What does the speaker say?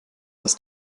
das